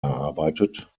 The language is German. erarbeitet